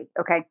Okay